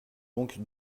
donc